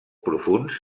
profunds